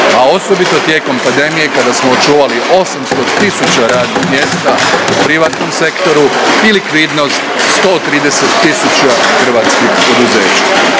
a osobito tijekom pandemije kada smo očuvali 800 tisuća radnih mjesta u privatnom sektoru i likvidnost 130 tisuća hrvatskih poduzeća.